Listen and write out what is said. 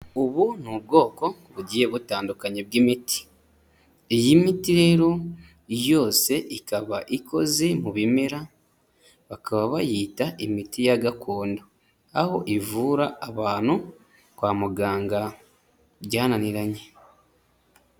Ubu ni ubwoko bugiye butandukanye bw'imiti, iyi miti rero yose ikaba ikoze mu bimera bakaba bayita imiti ya gakondo, aho ivura abantu kwa muganga byananiranye.